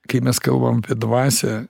kai mes kalbam apie dvasią